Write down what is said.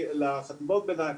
לחטיבות ביניים,